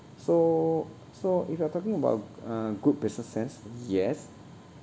so so if you are talking about uh good business sense yes